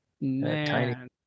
man